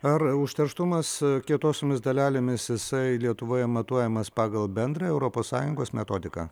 ar užterštumas kietosiomis dalelėmis jisai lietuvoje matuojamas pagal bendrąją europos sąjungos metodiką